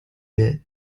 bit